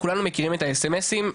כולנו מכירים את ה-SMS,